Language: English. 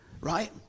right